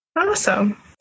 Awesome